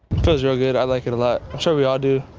those are are good i like it a lot so we all do.